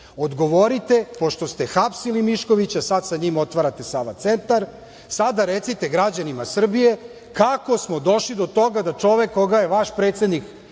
sudovima. Odgovorite pošto ste hapsili Miškovića. Sada sa njim otvarate Sava centar, sada recite građanima Srbije kako smo došli do toga da čovek koga je vaš predsednik